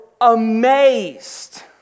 amazed